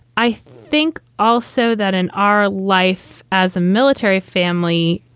i think also that in our life as a military family,